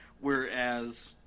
whereas